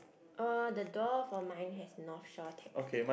uh the door for mine has North shore taxi